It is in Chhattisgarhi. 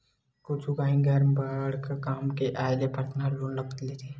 कुछु काही घर म बड़का काम के आय ले परसनल लोन लेथे